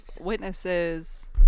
witnesses